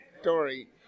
story